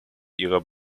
ihrer